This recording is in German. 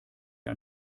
ein